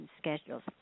schedules